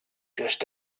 just